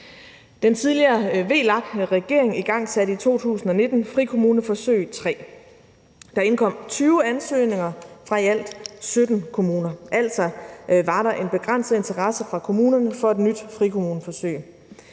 Den tidligere VLAK-regering igangsatte i 2019 frikommuneforsøg III. Der indkom 20 ansøgninger fra i alt 17 kommuner – altså var der en begrænset interesse fra kommunerne for et nyt frikommuneforsøg.